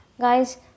Guys